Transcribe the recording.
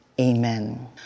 Amen